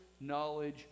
knowledge